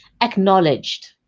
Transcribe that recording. acknowledged